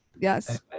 yes